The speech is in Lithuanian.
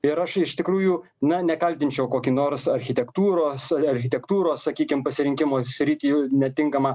ir aš iš tikrųjų na nekaltinčiau kokį nors architektūros architektūros sakykim pasirinkimo sritį netinkamą